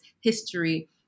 history